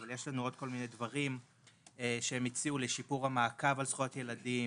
יש לנו עוד כל מיני דברים שהם הציעו לשיפור המעקב על זכויות ילדים.